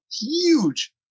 huge